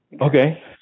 Okay